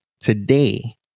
today